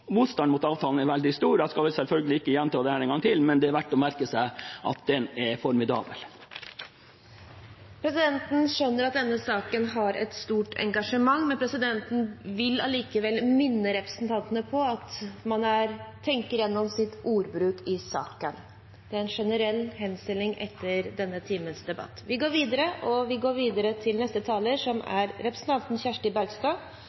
stor. Jeg skal selvfølgelig ikke gjenta det en gang til, men det er verdt å merke seg at den er formidabel. Presidenten skjønner at denne saken har et stort engasjement, men presidenten vil allikevel minne representantene på at man tenker igjennom sin ordbruk i saken. Det er en generell henstilling etter debatten den siste timen. Det tradisjonelle sjølaksefisket er sterkt truet. Vi snakker om en næring, om en mat- og fangstkultur, om en levevei som